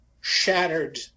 shattered